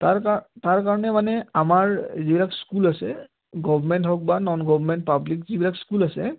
তাৰ তাৰ কাৰণে মানে আমাৰ যিবিলাক স্কুল আছে গভাৰ্ণমেণ্ট হওক বা ন'ন গভাৰ্ণমেণ্ট পাব্লিক যিবিলাক স্কুল আছে